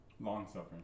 Long-suffering